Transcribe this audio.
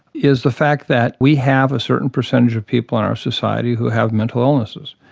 is the fact that we have a certain percentage of people in our society who have mental illnesses.